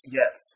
yes